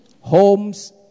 homes